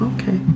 Okay